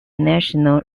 national